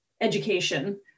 education